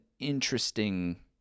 interesting